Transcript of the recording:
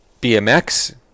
bmx